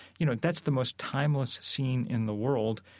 you know, that's the most timeless scene in the world.